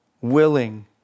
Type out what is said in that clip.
Willing